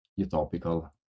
utopical